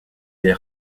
des